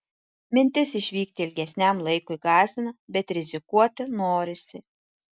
mintis išvykti ilgesniam laikui gąsdina bet rizikuoti norisi